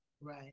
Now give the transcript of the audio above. Right